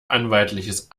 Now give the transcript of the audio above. anwaltliches